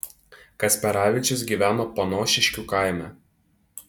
kasperavičius gyveno panošiškių kaime